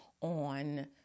on